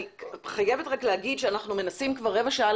אני חייבת לומר שאנחנו מנסים כבר רבע שעה